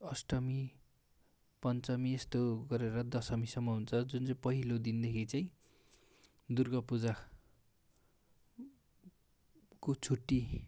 अष्टमी पञ्चमी यस्तो गरेर दशमीसम्म हुन्छ जुन चाहिँ पहिलो दिनदेखि चाहिँ दुर्गा पूजाको छुट्टी